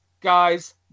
Guys